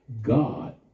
God